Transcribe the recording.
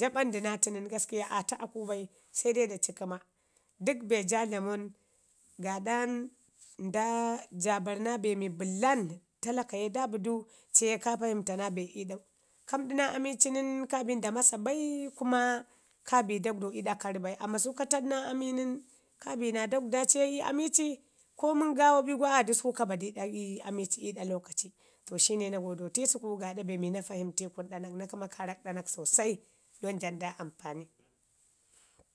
ja ɓandu naa atu nən aa ta a kau bai se dai daci kəma. Dək be jaa dlaman gaaɗa ja bari naa be mi bəlan, talaka ye da bidu ciye ka payinta na be ii ɗau. Ka mədu naa ami ci nən kaa bi nda masa ba kuma ka bi dagwdau ii ɗa kari bai amman su ka taɗi naa ami nən ka bi naa dagwda ci ye i ami ci, komin gaawa bi gu a dəsku ka ba du ii amici ii ɗa lokaci. To shine na godeti səku gaaɗo be mi na fayinti kun. Amman na kəma karak ɗanak sosai dan dlamu da ampani